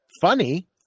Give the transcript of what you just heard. funny